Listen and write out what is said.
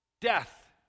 death